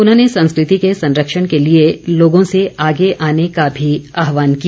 उन्होंने संस्कृति को संरक्षण के लिए लोगों से आगे आने का भी आहवान किया